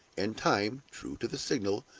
and time, true to the signal,